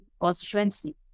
constituency